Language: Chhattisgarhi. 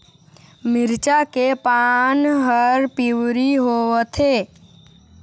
मिरचा के पान हर पिवरी होवथे?